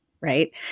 right